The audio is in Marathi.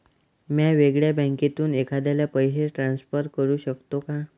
म्या वेगळ्या बँकेतून एखाद्याला पैसे ट्रान्सफर करू शकतो का?